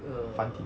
繁体